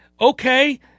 okay